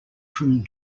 from